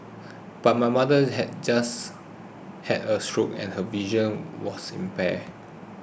but my mother's had just had a stroke and her vision was impaired